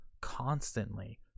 constantly